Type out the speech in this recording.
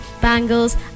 bangles